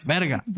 Verga